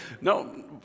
No